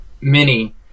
Mini